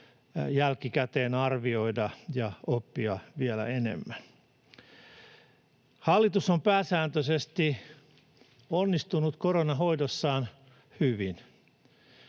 jälkikäteen arvioida ja oppia vielä enemmän. Hallitus on pääsääntöisesti onnistunut koronanhoidossaan hyvin,